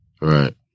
Right